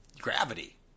gravity